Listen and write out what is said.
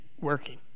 working